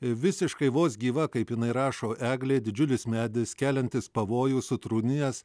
visiškai vos gyva kaip jinai rašo eglė didžiulis medis keliantis pavojų sutrūnijęs